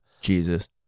Jesus